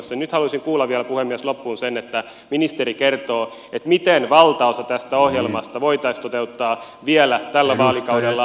nyt haluaisin kuulla vielä puhemies loppuun sen että ministeri kertoo miten valtaosa tästä ohjelmasta voitaisiin toteuttaa vielä tällä vaalikaudella ja etelä suomessa